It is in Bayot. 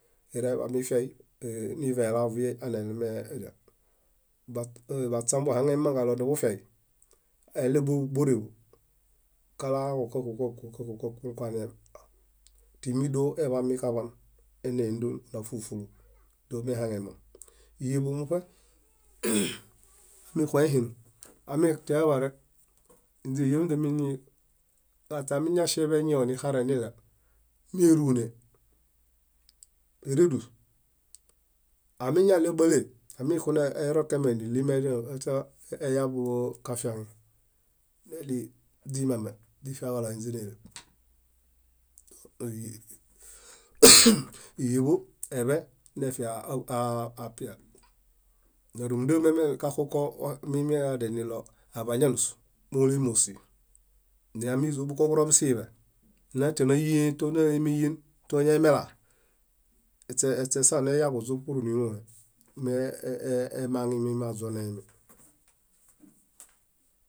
Mireḃamifiai nivelaavi aneemedial. Baśam niḃuɦaŋemaŋ kalo niḃufiai aleɭeboreḃo, kalaaġo kákuon kákuon koañalaa timi dóo eḃamikaḃan eimiendon ona fúlu fúlu domoeɦaŋemaŋ. ɦíeḃomuṗe, amixoehinum, amitieḃarek inze ɦíḃinze miini kaśeamiñaŝieḃeñieo nixareniɭew méerune éredus amiñaɭe bálee amixunerokeemi níɭi eyakafiaŋi neɭi źimame źifiaġaɭo inze néeleḃ ɦieḃo, eḃe neefiaṗiae. narumunda kaxunko muimi adilo aḃañenus molemosi meamizo búkoġuromi siiḃe, nañatianayiẽe tonañaemeyíen toeñamelaa, eśe eśesa neyaġuźũ purniloe miemaŋimi miaźoneemi.